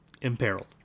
imperiled